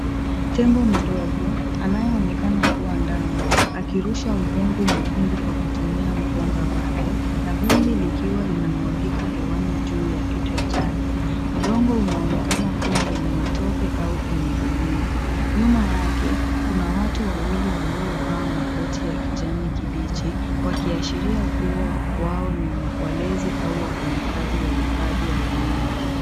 Tembo mdogo anayeonekana kuwa ndama akirusha udongo mwekundu kwa kutumia mkonga wake na vumbi likiwa lina mwagika hewani juu ya kichwa chake. Udongo unaonekana kuwa mwenye matope au unyevunyevu. Nyuma yake, kuna watu wawili waliovaa makoti ya kijani kibichi wakiashiria kuwa wao ni walezi au wafanyikazi wa hifadhi ya wanyama.